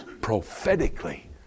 prophetically